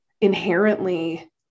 inherently